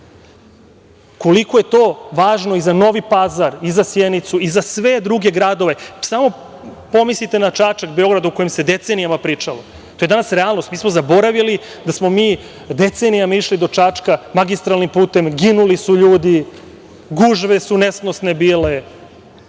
Koliko je to važno i za Novi Pazar i za Sjenicu i za sve druge gradove. Samo pomislite na Čačak, Beograd u kome se decenijama pričalo. To je danas realnost. Mi smo zaboravili da smo mi decenijama išli do Čačka magistralnim putem, ginuli su ljudi, gužve su nesnosne bile,